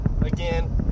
again